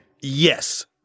Yes